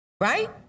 right